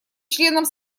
членам